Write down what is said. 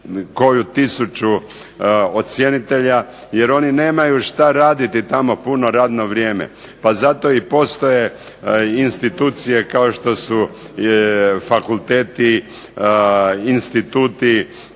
koju tisuću ocjenitelja, jer oni nemaju šta raditi tamo puno radno vrijeme, pa zato i postoje institucije kao što su fakulteti, instituti,